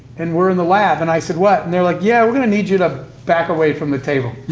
and we're in the lab, and i said, what? and they're like, yeah, we're gonna need you to back away from the table.